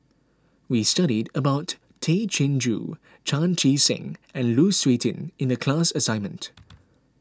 we studied about Tay Chin Joo Chan Chee Seng and Lu Suitin in the class assignment